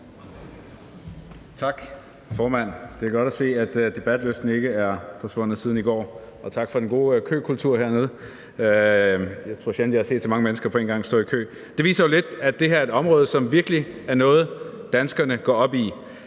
Tak, formand. Det er godt at se, at debatlysten ikke er forsvundet siden i går. Og tak for den gode køkultur hernede. Jeg tror sjældent, jeg har set så mange mennesker på en gang stå i kø. Det viser jo lidt, at det her er et område, som virkelig er noget, danskerne går op i.